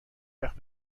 وقت